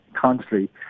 constantly